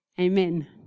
Amen